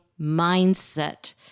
mindset